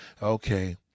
Okay